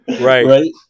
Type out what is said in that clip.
right